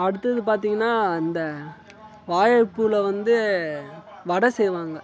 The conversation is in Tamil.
அடுத்தது பார்த்தீங்கன்னா இந்த வாழைப்பூவில் வந்து வடை செய்வாங்க